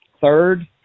third